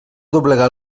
doblegar